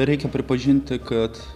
reikia pripažinti kad